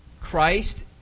Christ